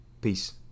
Peace